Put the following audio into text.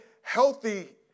healthy